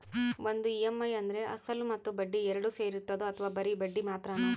ಒಂದು ಇ.ಎಮ್.ಐ ಅಂದ್ರೆ ಅಸಲು ಮತ್ತೆ ಬಡ್ಡಿ ಎರಡು ಸೇರಿರ್ತದೋ ಅಥವಾ ಬರಿ ಬಡ್ಡಿ ಮಾತ್ರನೋ?